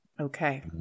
Okay